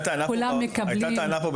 כולם מקבלים את זה.